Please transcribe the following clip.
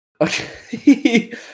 Okay